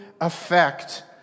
effect